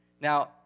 Now